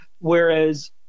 Whereas